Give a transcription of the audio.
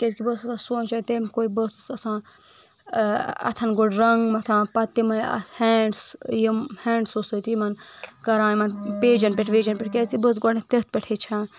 کیٛازِ کہِ بہٕ ٲسٕس آسان سونچان تمکُے بہٕ ٲسٕس آسان اتھن گۄڈٕ رنٛگ متھان پتہٕ تِمٕے ہینڈس یِم ہینڈسے سۭتی یِمن کران یِمن پیجن ویجن پٮ۪ٹھ کیٛازِ کہِ بہٕ ٲسٕس گۄٕنٮ۪تھ تٔتھۍ پٮ۪ٹھ ہیٚچھان